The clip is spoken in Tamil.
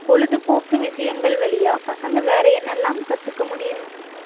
பொழுதுபோக்கு விஷயங்கள் வழியா பசங்கள் வேறு என்னெல்லாம் கற்றுக்க முடியும்